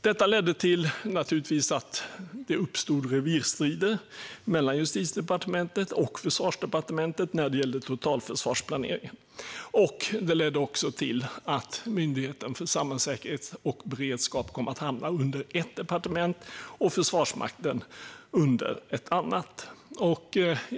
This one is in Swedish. Detta ledde naturligtvis till att det uppstod revirstrider mellan Justitiedepartementet och Försvarsdepartementet när det gällde totalförsvarsplaneringen. Det ledde också till att Myndigheten för samhällsskydd och beredskap kom att hamna under ett departement och Försvarsmakten under ett annat.